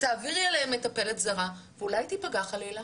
תעבירי אליהם מטפלת זרה ואולי היא תיפגע חלילה?